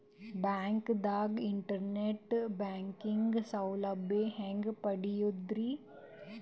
ಬ್ಯಾಂಕ್ದಾಗ internet banking ಸೌಲಭ್ಯ ಹೆಂಗ್ ಪಡಿಯದ್ರಿ?